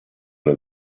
una